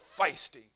feisty